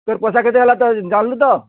ତୋର୍ ପଏସା କେତେ ହେଲା ତୋର୍ ଜାନ୍ଲୁ ତ